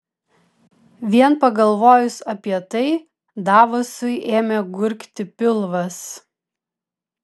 vien pagalvojus apie tai davosui ėmė gurgti pilvas